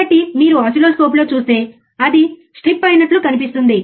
కాబట్టి delta V by delta T మనకు slew రేటును ఇస్తుంది